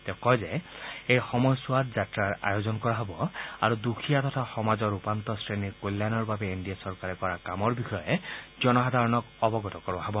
তেওঁ কয় যে এই সময়ছোৱাত যাত্ৰাৰ আয়োজন কৰা হ'ব আৰু দৃখীয়া তথা সমাজৰ উপান্ত শ্ৰেণীৰ কল্যাণৰ বাবে এন ডি এ চৰকাৰে কৰা কামৰ বিষয়ে জনসাধাৰণক অৱগত কৰোৱা হ'ব